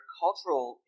cultural